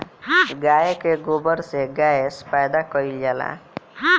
गाय के गोबर से गैस पैदा कइल जाला